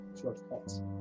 shortcuts